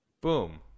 boom